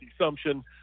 assumption